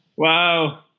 Wow